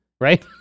Right